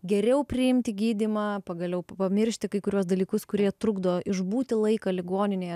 geriau priimti gydymą pagaliau pamiršti kai kuriuos dalykus kurie trukdo išbūti laiką ligoninėje